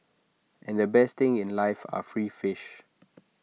and the best things in life are free fish